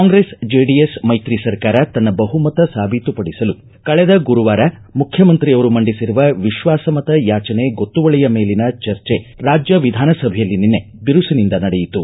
Congress JDS ಮೈತ್ರಿ ಸರ್ಕಾರ ತನ್ನ ಬಹುಮತ ಸಾಬೀತುಪಡಿಸಲು ಕಳೆದ ಗುರುವಾರ ಮುಖ್ಯಮಂತ್ರಿಯವರು ಮಂಡಿಸಿರುವ ವಿಶ್ವಾಸಮತಯಾಚನೆ ಗೊತ್ತುವಳಿಯ ಮೇಲಿನ ಚರ್ಚೆ ಕಲಾಪ ರಾಜ್ಯ ವಿಧಾನಸಭೆಯಲ್ಲಿ ನಿನ್ನೆ ಬಿರುಸಿನಿಂದ ನಡೆಯಿತು